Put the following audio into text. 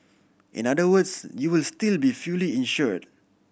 in other words you will still be fully insured